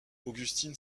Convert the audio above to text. augustine